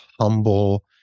humble